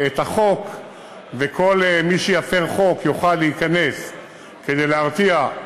וכל מי שיפר חוק, נוכל להיכנס כדי להרתיע,